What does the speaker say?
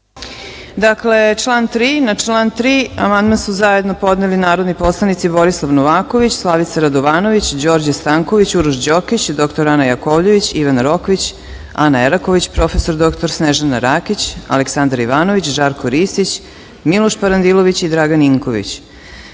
Raguš** Član 3. Na član 3. amandman su zajedno podneli narodni poslanici Borislav Novaković, Slavica Radovanović, Đorđe Stanković, Uroš Đokić, dr Ana Jakovljević, Ivana Rokvić, Ana Eraković, prof. dr Snežana Rakić, Aleksandar Ivanović, Žarko Ristić, Miloš Parandilović i Dragan